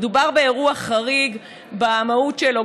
מדובר באירוע חריג במהות שלו,